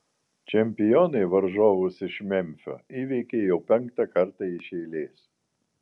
čempionai varžovus iš memfio įveikė jau penktą kartą iš eilės